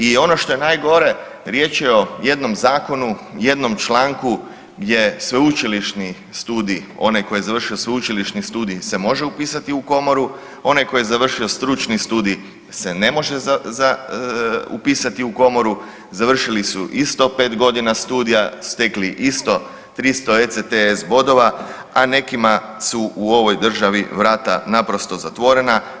I ono što je najgore riječ je o jednom zakonu, jednom članku gdje sveučilišni studij onaj ko je završio sveučilišni studij se može upisati u komoru, onaj koji je završio stručni studij se ne može upisati u komoru, završili su isto pet godina studija, stekli isto 300 ECTS bodova, a nekima su u ovoj državi vrata naprosto zatvorena.